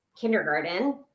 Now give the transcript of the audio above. kindergarten